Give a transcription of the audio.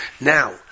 Now